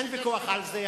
אין ויכוח על זה.